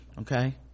okay